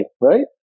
right